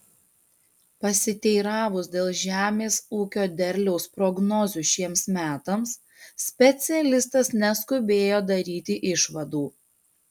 pasiteiravus dėl žemės ūkio derliaus prognozių šiems metams specialistas neskubėjo daryti išvadų